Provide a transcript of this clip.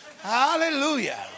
Hallelujah